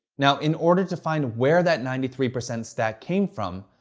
now, in order to find where that ninety three percent stat came from,